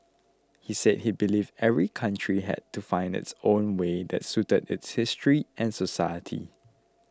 he said he believed every country had to find its own way that suited its history and society